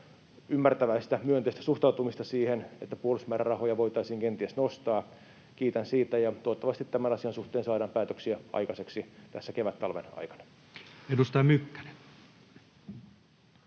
ymmärtäväistä, myönteistä suhtautumista siihen, että puolustusmäärärahoja voitaisiin kenties nostaa. Kiitän siitä, ja toivottavasti tämän asian suhteen saadaan päätöksiä aikaiseksi tässä kevättalven aikana.